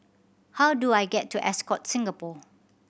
how do I get to Ascott Singapore